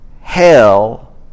hell